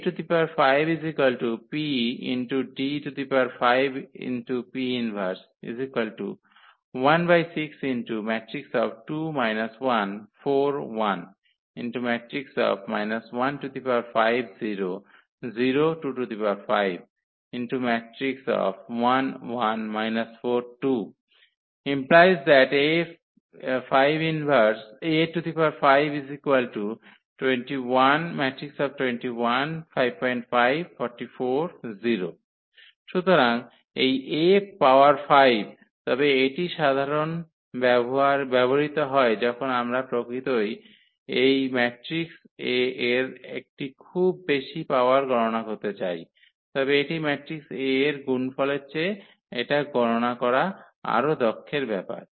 সুতরাং এই A power 5 তবে এটি সাধারণত ব্যবহৃত হয় যখন আমরা প্রকৃতই এই ম্যাট্রিক্স A এর একটি খুব বেশী পাওয়ার গণনা করতে চাই তবে এটি ম্যাট্রিক্স A এর গুণফলের চেয়ে এটা গণনা করা আরও দক্ষের ব্যাপার